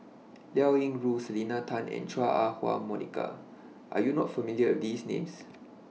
Liao Yingru Selena Tan and Chua Ah Huwa Monica Are YOU not familiar with These Names